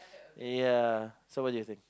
ya so what do you think